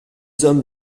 hommes